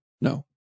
No